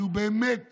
שהוא באמת